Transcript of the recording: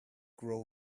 grow